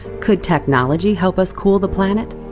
could technology help us cool the planet?